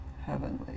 heavenly